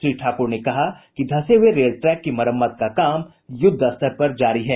श्री ठाकुर ने कहा कि धंसे हुए रेल ट्रैक की मरम्मत का काम युद्धस्तर पर जारी है